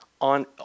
on